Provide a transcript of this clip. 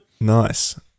Nice